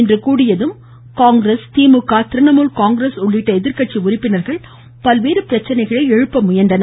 இன்று கூடியதும் காங்கிரஸ் திமுக திரிணாமுல் காங்கிரஸ் உள்ளிட்ட எதிர்கட்சி அவை உறுப்பினர்கள் பல்வேறு பிரச்சினைகளை எழுப்ப முயன்றனர்